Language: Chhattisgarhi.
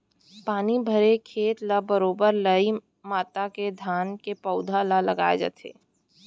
पानी भरे खेत ल बरोबर लई मता के धान के पउधा ल लगाय जाथे